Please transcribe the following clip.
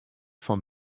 fan